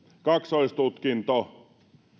kaksoistutkinto